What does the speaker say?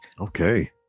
okay